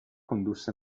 condusse